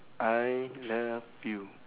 I love you